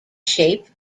shape